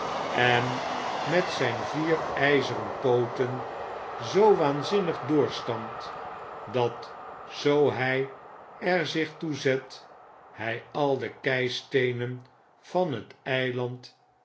en met zyn vier yzeren pooten zoo waanzinnig doorstampt dat zoo hy er zich toe zet hij al de keisteenen van het eiland